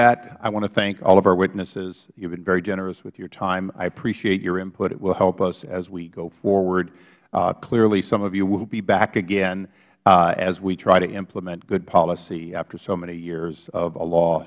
that i want to thank all of our witnesses you have been very generous with your time i appreciate your input it will help us as we go forward clearly some of you will be back again as we try to implement good policy after so many years of a law